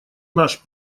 наш